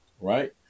right